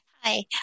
Hi